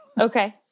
okay